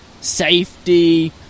safety